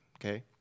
okay